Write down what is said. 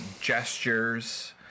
gestures